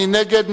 מי נגד?